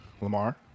Lamar